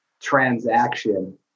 transaction